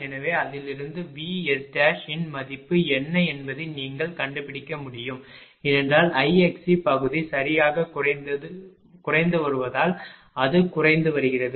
எனவே அதிலிருந்து VS இன் மதிப்பு என்ன என்பதை நீங்கள் கண்டுபிடிக்க முடியும் ஏனென்றால் Ixc பகுதி சரியாகக் குறைந்து வருவதால் அது குறைந்து வருகிறது